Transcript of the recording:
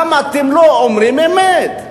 למה אתם לא אומרים אמת?